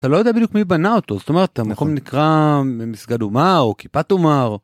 לא יודע בדיוק מי בנה אותו זאת אומרת המקום נקרא מסגד עומר או כיפת עומר.